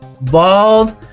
bald